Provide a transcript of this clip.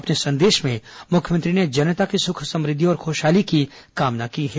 अपने संदेश में मुख्यमंत्री ने जनता के सुख समृद्धि और खुशहाली की कामना की है